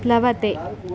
प्लवते